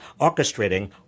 orchestrating